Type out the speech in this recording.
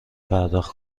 پرداخت